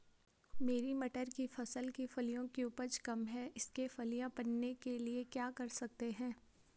मेरी मटर की फसल की फलियों की उपज कम है इसके फलियां बनने के लिए क्या कर सकते हैं?